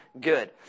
good